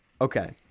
Okay